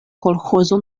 kolĥozo